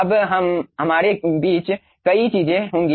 अब हमारे बीच कई चीजें होंगी